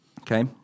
Okay